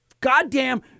goddamn